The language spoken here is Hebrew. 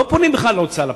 לא פונים בכלל להוצאה לפועל.